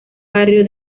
barrio